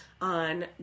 on